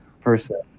person